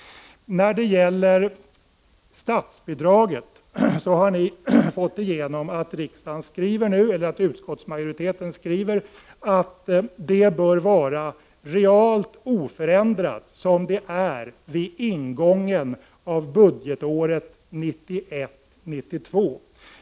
När det gäller statsbidraget har vpk fått igenom att utskottsmajoriteten nu skriver att det bör vara realt oförändrat som det är vid ingången av budgetåret 1991/92.